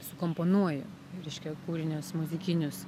sukomponuoju reiškia kūrinius muzikinius